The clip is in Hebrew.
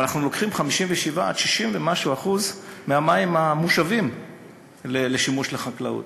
אבל אנחנו לוקחים 57% עד 60% ומשהו מהמים המושבים לשימוש החקלאות.